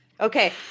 Okay